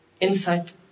insight